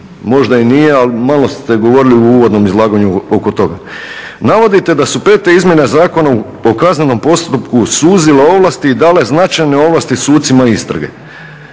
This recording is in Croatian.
možda i nije, ali malo ste govorili u uvodnom izlaganju oko toga. Navodite da su pete izmjene Zakona o kaznenom postupku suzile ovlasti i dale značajne ovlasti sucima istrage.